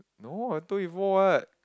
no I told you before what